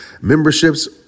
memberships